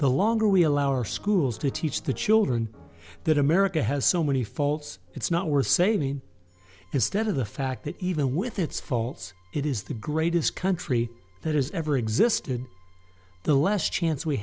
the longer we allow our schools to teach the children that america has so many faults it's not worth saving instead of the fact that even with its faults it is the greatest country that has ever existed the last chance we